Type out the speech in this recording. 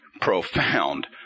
profound